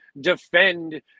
defend